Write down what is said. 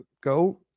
go